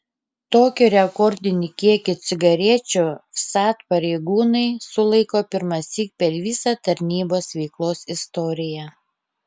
tokį rekordinį kiekį cigarečių vsat pareigūnai sulaiko pirmąsyk per visą tarnybos veiklos istoriją